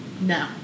No